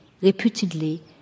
reputedly